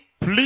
please